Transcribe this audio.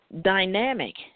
dynamic